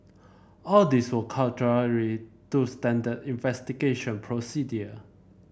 all these were contrary to standard investigation procedure